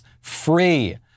free